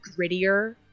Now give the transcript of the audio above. grittier